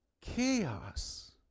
chaos